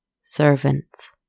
servants